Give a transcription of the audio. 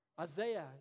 Isaiah